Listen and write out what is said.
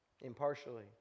impartially